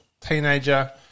teenager